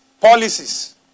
Policies